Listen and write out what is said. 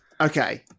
Okay